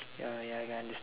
ya ya ya I can unders